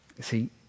see